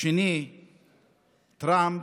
השני טראמפ.